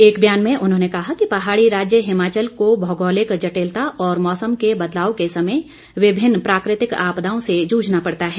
एक ब्यान में उन्होंने कहा कि पहाड़ी राज्य हिमाचल को भोगौलिक जटिलता और मौसम के बदलाव के समय विभिन्न प्राकृतिक आपदाओं से जूझना पड़ता है